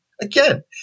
Again